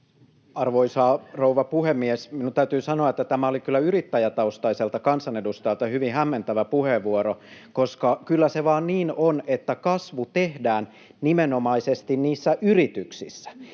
Arvoisa rouva puhemies! Minun täytyy sanoa, että tämä oli kyllä yrittäjätaustaiselta kansanedustajalta hyvin hämmentävä puheenvuoro, koska kyllä se vain niin on, että kasvu tehdään nimenomaisesti yrityksissä.